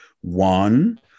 one